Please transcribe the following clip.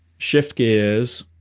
shift gears.